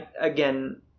Again